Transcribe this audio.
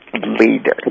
leader